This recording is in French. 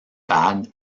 bade